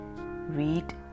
Read